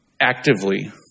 actively